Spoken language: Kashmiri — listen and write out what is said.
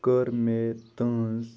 کٔر مےٚ تٕہٕنٛز